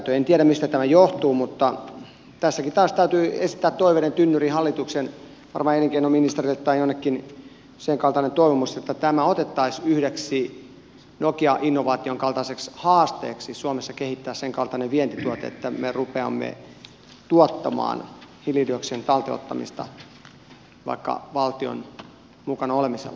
en tiedä mistä tämä johtuu mutta tässäkin taas täytyy esittää toiveiden tynnyriin varmaan hallituksen elinkeinoministerille tai jonnekin sen kaltainen toivomus että otettaisiin yhdeksi nokia innovaation kaltaiseksi haasteeksi suomessa kehittää sen kaltainen vientituote että me rupeamme tuottamaan hiilidioksidin talteen ottamista vaikka valtion mukaan olemassa